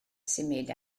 symud